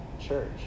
church